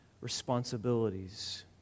responsibilities